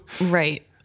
Right